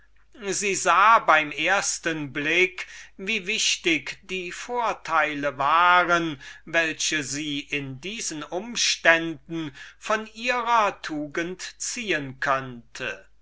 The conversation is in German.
sie sah beim ersten blick wie wichtig die vorteile waren welche sie in diesen umständen von ihrer tugend ziehen konnte